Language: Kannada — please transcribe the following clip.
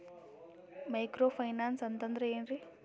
ಮೈಕ್ರೋ ಫೈನಾನ್ಸ್ ಅಂತಂದ್ರ ಏನ್ರೀ?